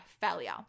failure